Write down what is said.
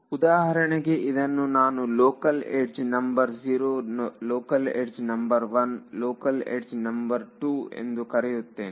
ಉದಾಹರಣೆಗೆ ಇದನ್ನು ನಾನು local edge number 0 local edge number 1 local edge number ಎಂದು ಕರೆಯುತ್ತೇನೆ